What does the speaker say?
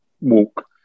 walk